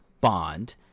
bond